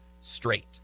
straight